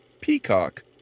Peacock